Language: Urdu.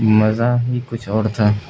مزہ ہی کچھ اور تھا